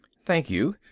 thank you,